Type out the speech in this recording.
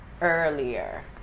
earlier